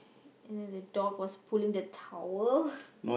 and then the dog was pulling the tower